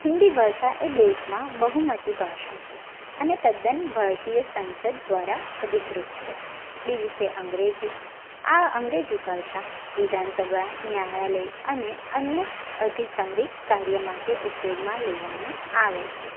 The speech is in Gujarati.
હિન્દી ભાષા એ દેશમાં બહુમતી ભાષા છે અને તદ્દન ભારતીય સાંસદ દ્વારા અધિકૃત છે બીજી છે અંગ્રેજી આ અંગ્રેજી ભાષા વિધાનસભા ન્યાયાલય અને અન્ય અધિકારિક કાર્ય માટે ઊપયોગમાં લેવામાં આવે છે